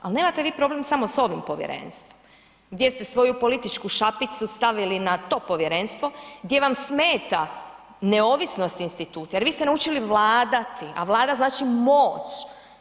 Ali nemate vi problem samo s ovim povjerenstvom gdje ste svoju političku šapicu stavili na to povjerenstvo, gdje vam smeta neovisnost institucija jer vi ste naučili vladati a Vlada znači moć.